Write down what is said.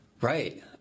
Right